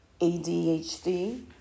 ADHD